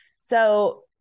So-